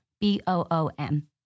B-O-O-M